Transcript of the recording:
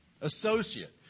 associate